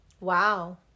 Wow